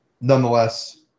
nonetheless